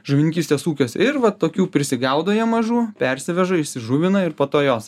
žuvininkystės ūkiuose ir va tokių prisigaudo jie mažų persiveža išsižuvina ir po to jos